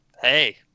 Hey